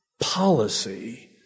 policy